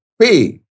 pay